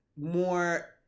more